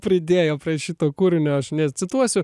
pridėjo prie šito kūrinio aš necituosiu